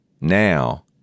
now